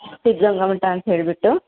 ಸಿದ್ಧಗಂಗಾ ಮಠ ಅಂತ ಹೇಳಿಬಿಟ್ಟು